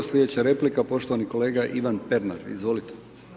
Sljedeća replika poštovani kolega Ivan Pernar, izvolite.